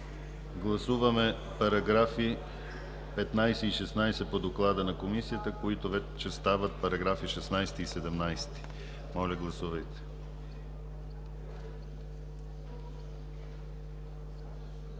Гласуваме параграфи 15 и 16 по доклада на Комисията, които вече стават параграфи 16 и 17. Гласували